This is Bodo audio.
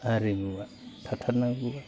हारिमुआ थाथारनांगौ